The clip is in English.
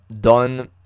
done